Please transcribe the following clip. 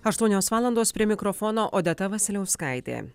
aštuonios valandos prie mikrofono odeta vasiliauskaitė